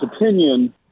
opinion